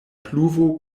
pluvo